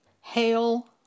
Hail